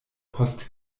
post